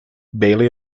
bailey